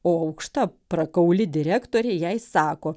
o aukšta prakauli direktorė jai sako